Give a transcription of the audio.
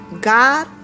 God